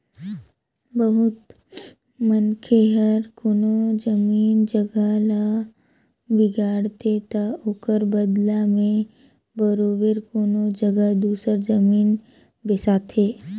बहुत मनखे हर कोनो जमीन जगहा ल बिगाड़थे ता ओकर बलदा में बरोबेर कोनो जगहा दूसर जमीन बेसाथे